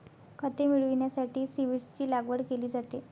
खते मिळविण्यासाठी सीव्हीड्सची लागवड केली जाते